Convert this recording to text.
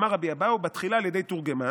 אמר רבי אבהו בתחלה על ידי תורגמן,